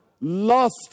lost